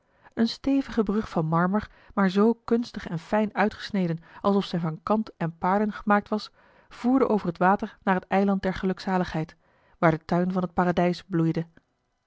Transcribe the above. een stevige brug van marmer maar zoo kunstig en fijn uitgesneden alsof zij van kant en paarlen gemaakt was voerde over het water naar het eiland der gelukzaligheid waar de tuin van het paradijs bloeide